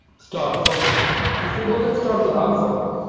start focusing. you say, well, lets start with unfocus.